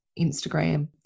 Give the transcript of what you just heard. Instagram